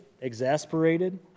exasperated